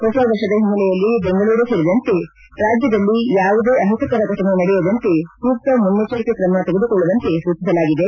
ಹೊಸ ವರ್ಷದ ಹಿನ್ನೆಲೆಯಲ್ಲಿ ಬೆಂಗಳೂರು ಸೇರಿದಂತೆ ರಾಜ್ಯದಲ್ಲಿ ಯಾವುದೇ ಅಹಿತಾರ ಘಟನೆ ನಡೆಯದಂತೆ ಸೂಕ್ತ ಮುನ್ನೆಚ್ವರಿಕೆ ಕ್ರಮ ತೆಗೆದುಕೊಳ್ಳುವಂತೆ ಸೂಚಿಸಲಾಗಿದೆ